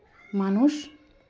ᱢᱟᱱᱩᱥ